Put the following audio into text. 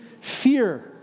fear